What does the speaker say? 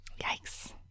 Yikes